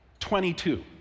22